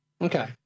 Okay